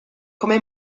come